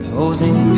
Posing